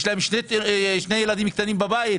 יש להם שני ילדים קטנים בבית.